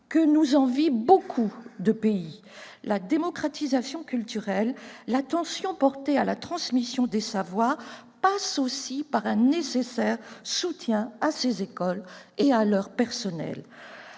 que nous envient beaucoup de pays. La démocratisation culturelle et l'attention portée à la transmission des savoirs passent aussi par un nécessaire soutien à ces écoles et à leurs personnels.